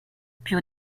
puis